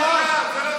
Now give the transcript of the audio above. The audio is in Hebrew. החליטה למנוע את זה.